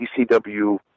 ECW